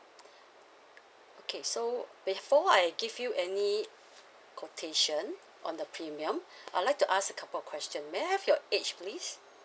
okay so before I give you any quotation on the premium I'd like to ask the couple of question may I have your age please